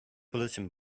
bulletin